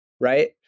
right